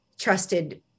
trusted